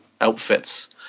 outfits